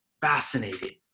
Fascinating